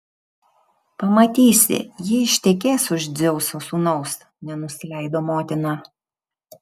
pamatysi ji ištekės už dzeuso sūnaus nenusileido motina